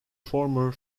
former